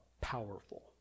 powerful